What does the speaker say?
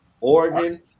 Oregon